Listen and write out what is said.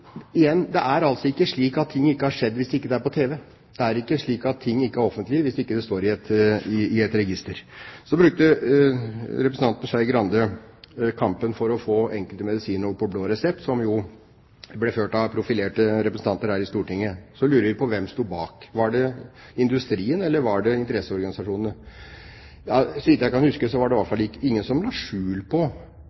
igjen – det er altså ikke slik at ting ikke har skjedd hvis det ikke er på tv. Det er ikke slik at ting ikke er offentlig hvis det ikke står i et register. Så brukte representanten Skei Grande kampen for å få enkelte medisiner over på blå resept, som jo ble ført av profilerte representanter her i Stortinget. Så lurer vi på hvem som sto bak: Var det industrien, eller var det interesseorganisasjonene? Så vidt jeg kan huske, var det i hvert